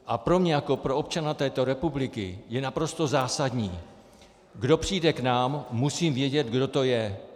A pro mě jako pro občana této republiky je naprosto zásadní: kdo přijde k nám, musím vědět, kdo to je.